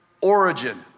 origin